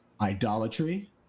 idolatry